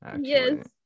Yes